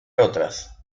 otras